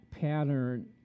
pattern